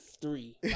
three